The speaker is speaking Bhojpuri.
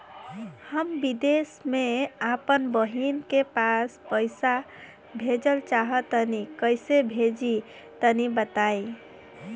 हम विदेस मे आपन बहिन के पास पईसा भेजल चाहऽ तनि कईसे भेजि तनि बताई?